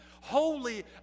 holy